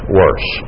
worse